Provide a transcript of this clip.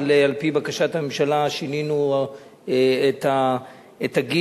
אבל על-פי בקשת הממשלה שינינו את הגיל.